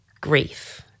grief